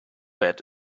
bet